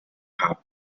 her